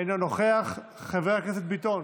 אינו נוכח, חבר הכנסת ביטון,